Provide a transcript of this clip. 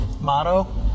motto